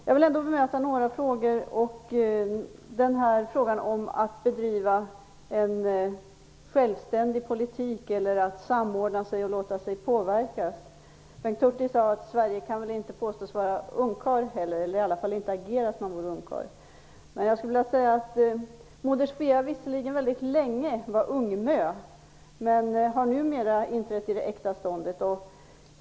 Jag vill ändå bemöta några av Bengt Hurtigs frågor och börja med frågan om att bedriva en självständig politik eller att samordna sig och låta sig påverkas. Bengt Hurtig sade att Sverige inte kan påstås vara ungkarl längre. I varje fall borde vi inte agera som om Sverige var ungkarl. Jag skulle vilja säga att moder Svea visserligen väldigt länge var ungmö men har nu inträtt i det äkta ståndet.